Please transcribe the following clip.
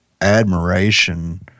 admiration